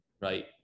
right